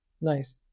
Nice